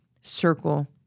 circle –